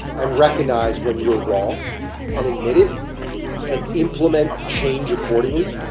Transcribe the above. and recognized when you're wrong and admit it and implement change accordingly,